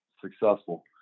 successful